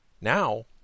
Now